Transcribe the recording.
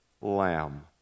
lamb